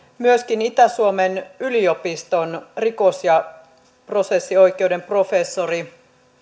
myöskin itä suomen yliopiston rikos ja prosessioikeuden professori